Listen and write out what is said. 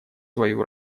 свою